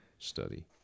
study